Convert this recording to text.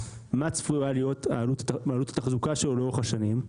מה צפויה להיות עלות התחזוקה שלו לאורך השנים.